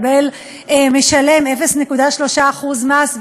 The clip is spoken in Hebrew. משלם 0.3% מס,